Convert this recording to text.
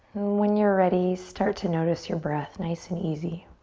when you're ready, start to notice your breath, nice and easy.